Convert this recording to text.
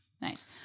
Nice